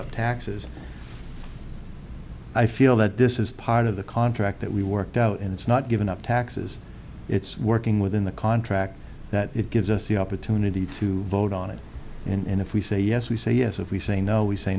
up taxes i feel that this is part of the contract that we worked out and it's not giving up taxes it's working within the contract that it gives us the opportunity to vote on it and if we say yes we say yes if we say no we say